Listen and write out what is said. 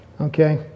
Okay